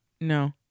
No